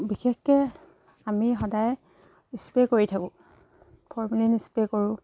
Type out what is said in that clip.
বিশেষকৈ আমি সদায় স্প্ৰে কৰি থাকোঁ ফৰ্মেলিন স্প্ৰে কৰোঁ